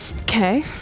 Okay